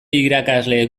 irakasleek